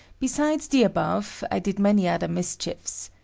besides the above, i did many other mischiefs.